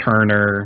Turner